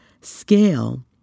scale